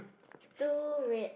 two red